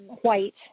white